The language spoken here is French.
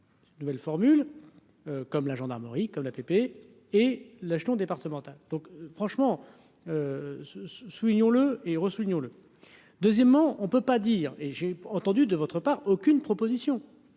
nouvelle formule, comme la gendarmerie comme l'ATP, et là, jetons départemental donc franchement, soulignons-le et rossignol. Deuxièmement, on ne peut pas dire et j'ai entendu de votre part, aucune proposition,